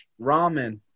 Ramen